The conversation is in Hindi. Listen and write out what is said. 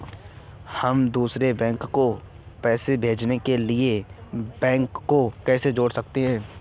हम दूसरे बैंक को पैसे भेजने के लिए बैंक को कैसे जोड़ सकते हैं?